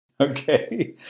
okay